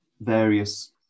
various